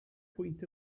pwynt